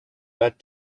that